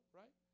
right